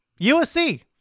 USC